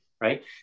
right